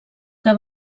que